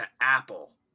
Apple